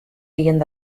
wienen